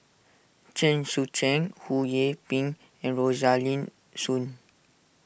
Chen Sucheng Ho Yee Ping and Rosaline Soon